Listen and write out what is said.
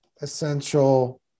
Essential